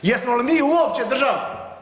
Jesmo li mi uopće država?